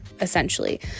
essentially